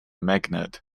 magnet